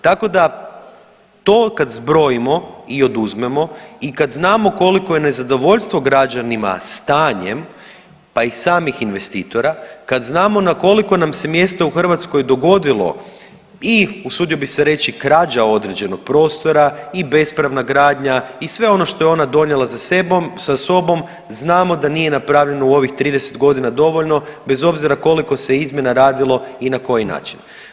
Tako da to kad zbrojimo i oduzmemo i kad znamo koliko je nezadovoljstvo građanima stanjem pa i samih investitora, kad znamo na koliko nam se mjesta u Hrvatskoj dogodilo i usudio bih se reći krađa određenog prostora i bespravna gradnja i sve ono što je ona donijela sa sobom znamo da nije napravljeno u ovih 30 godina dovoljno bez obzira koliko se izmjena radilo i na koji način.